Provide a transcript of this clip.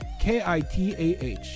K-I-T-A-H